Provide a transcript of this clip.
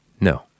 No